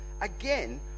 again